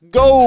go